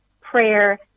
prayer